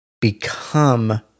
become